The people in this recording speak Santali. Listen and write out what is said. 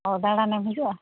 ᱚ ᱫᱟᱲᱟᱱᱮᱢ ᱦᱤᱡᱩᱜᱼᱟ